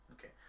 Okay